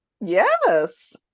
yes